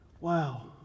Wow